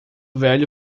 velho